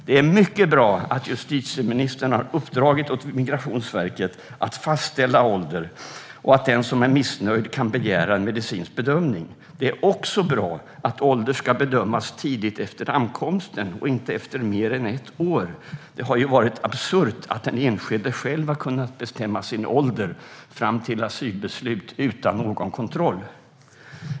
Det är mycket bra att justitieministern har uppdragit åt Migrationsverket att fastställa ålder och att den som är missnöjd kan begära en medicinsk bedömning. Det är också bra att ålder ska bedömas tidigt efter ankomsten och inte efter mer än ett år. Det har ju varit absurt att den enskilde själv har kunnat bestämma sin ålder fram till asylbeslut utan någon kontroll.